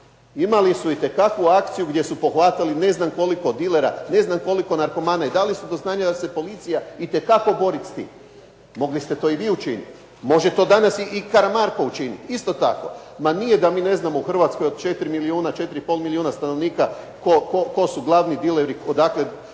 Imali su itekakvu akciju gdje su pohvatali ne znam koliko dilera, ne znam koliko narkomana i dali su do znanja da se policija itekako bori s tim. Mogli ste to i vi učiniti. Može to danas i Karamarko učiniti isto tako. Ma nije da mi ne znamo u Hrvatskoj od 4,5 milijuna stanovnika tko su glavni dileri, odakle,